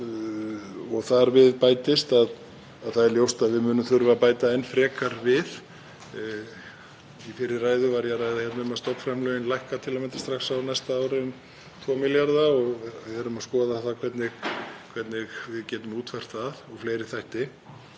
næstu fimm árum. Það er ljóst að við munum þurfa að bæta enn frekar við. Í fyrri ræðu var ég að ræða um að stofnframlögin lækka til að mynda strax á næsta ári um 2 milljarða og við erum að skoða hvernig við getum útfært það og fleiri þætti.